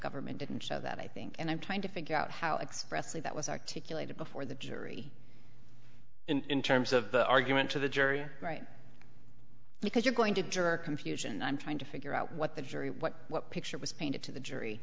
government didn't show that i think and i'm trying to figure out how expressly that was articulated before the jury in terms of the argument to the jury right because you're going to draw confusion i'm trying to figure out what the jury what picture was painted to the jury